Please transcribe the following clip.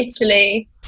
italy